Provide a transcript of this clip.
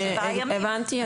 הבנתי.